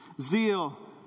zeal